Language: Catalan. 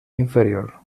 inferior